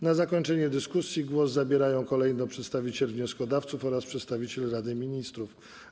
Na zakończenie dyskusji głos zabierają kolejno przedstawiciel wnioskodawców oraz przedstawiciel Rady Ministrów.